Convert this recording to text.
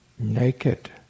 Naked